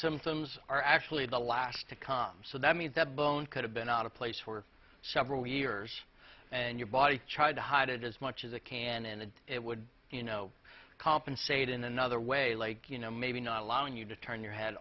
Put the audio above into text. symptoms are actually the last to come so that means that bone could have been out of place for several years and your body tried to hide it as much as it can and it would you know compensate in another way like you know maybe not allowing you to turn your head